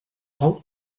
rang